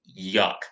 yuck